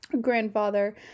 grandfather